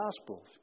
Gospels